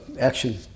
action